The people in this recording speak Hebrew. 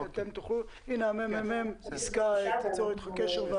מרכז המחקר ייצור אתך קשר.